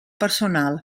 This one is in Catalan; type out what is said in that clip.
personal